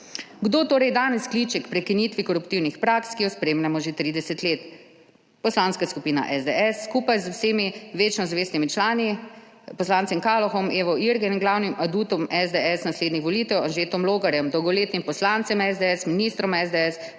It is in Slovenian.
Kdo torej danes kliče k prekinitvi koruptivnih praks, ki jo spremljamo že 30 let? Poslanska skupina SDS skupaj z vsemi večno zvestimi člani, poslancem Kalohom, Evo Irgl in glavnim adutom SDS naslednjih volitev Anžetom Logarjem, dolgoletnim poslancem SDS, ministrom SDS,